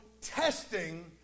testing